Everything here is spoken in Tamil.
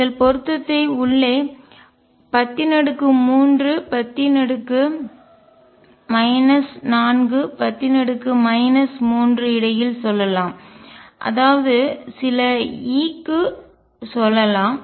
நீங்கள் பொருத்தத்தை உள்ளே 103 10 4 10 3 இடையில் சொல்லலாம் அல்லது சில E க்கு சொல்லலாம்